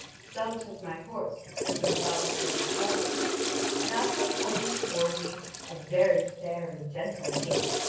some took my horse which the good vavasor was holding and i saw coming toward me a very fair and gentle maid.